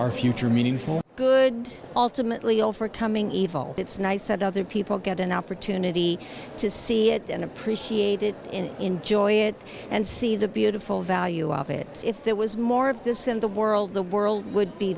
our future meaningful good ultimately all for coming evil it's nice that other people get an opportunity to see it and appreciate it in enjoy it and see the beautiful value of it if there was more of this in the world the world would be